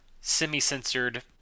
semi-censored